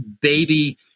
baby